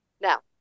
Now